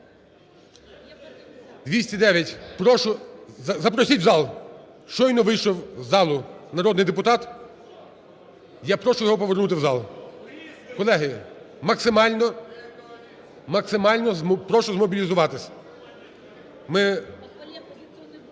За-209 Прошу. Запросіть в зал! Щойно вийшов з залу народний депутат. Я прошу його повернути в зал. Колеги, максимально прошу змобілізуватися. Хочу